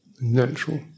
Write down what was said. natural